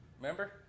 Remember